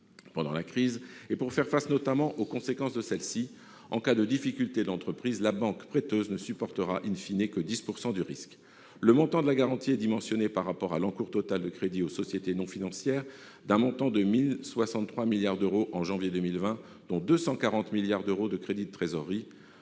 pendant la crise, pour faire face, notamment, aux conséquences de celle-ci. En cas de difficulté de l'entreprise, la banque prêteuse ne supportera que 10 % du risque. Le montant de la garantie est dimensionné par rapport à l'encours total de crédits aux sociétés non financières, à hauteur de 1 063 milliards d'euros en janvier 2020, dont 240 milliards d'euros de crédits de trésorerie.